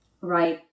right